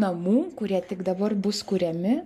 namų kurie tik dabar bus kuriami